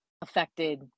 affected